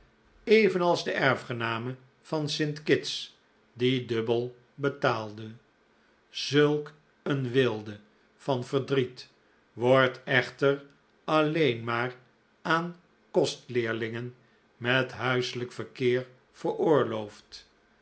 evenals de erfgename van st kitts die dubbel betaalde zulk een weelde van verdriet wordt echter alleen maar aan kostleerlingen met huiselijk verkeer veroorloofd